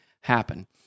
happen